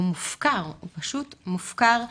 הוא פשוט מופקר,